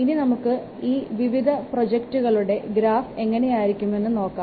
ഇനി നമുക്ക് ഈ വിവിധ പ്രൊജക്ടുകളുടെ ഗ്രാഫ് എങ്ങനെയിരിക്കുമെന്ന് നോക്കാം